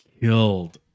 killed